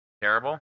terrible